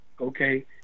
okay